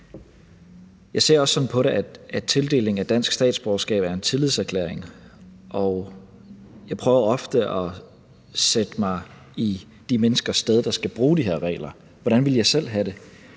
Jeg ser også sådan på det, at tildelingen af dansk statsborgerskab er en tillidserklæring, og jeg prøver ofte at sætte mig i de menneskers sted, der skal bruge de her regler: Hvordan ville jeg selv have det?